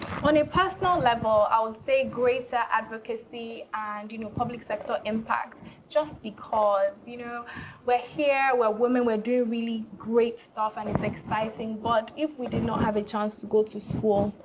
on a personal level, i would say greater advocacy and you know public sector impact just because you know we're here, we're women, we're doing really great stuff. and it's exciting. but if we did not have a chance to go to school,